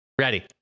ready